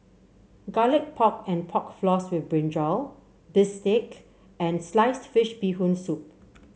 Garlic Pork and Pork Floss with brinjal bistake and Sliced Fish Bee Hoon Soup